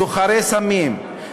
סוחרי סמים,